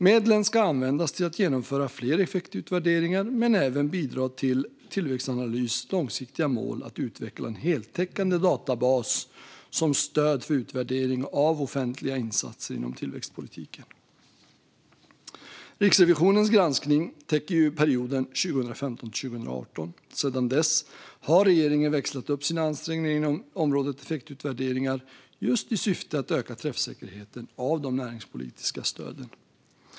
Medlen ska användas till att genomföra fler effektutvärderingar, men även bidra till Tillväxtanalys långsiktiga mål att utveckla en heltäckande databas som stöd för utvärdering av offentliga insatser inom tillväxtpolitiken. Riksrevisionens granskning täcker perioden 2015-2018. Sedan dess har regeringen växlat upp sina ansträngningar inom området effektutvärderingar i syfte att öka träffsäkerheten av de näringspolitiska stöden.